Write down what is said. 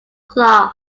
clough